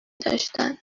داشتن